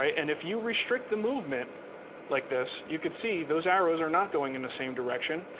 right? and if you restrict the movement like this, you could see those arrows are not going in the same direction,